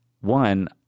one